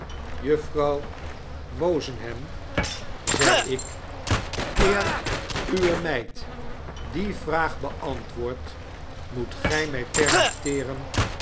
leekling ham zei ik eer uwe meid die vraag beantwoordt moet gij mij permitteeren